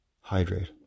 hydrate